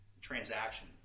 transaction